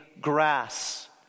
grass